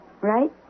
right